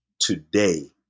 today